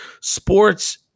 sports